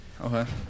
Okay